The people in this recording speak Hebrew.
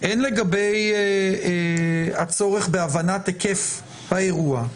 הן לגבי הצורך בהבנת היקף האירוע,